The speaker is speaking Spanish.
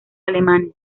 alemanes